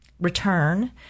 return